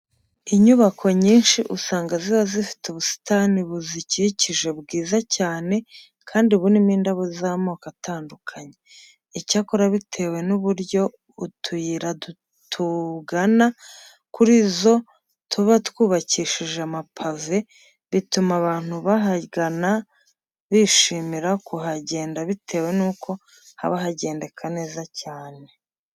Inyubako nyinshi usanga ziba zifite ubusitani buzikikije bwiza cyane kandi burimo indabo z'amoko atandukanye. Icyakora bitewe n'uburyo utuyira tugana kuri zo tuba twubakishije amapave, bituma abantu bahagana bishimira kuhagenda bitewe nuko haba hagendeka neza cyane.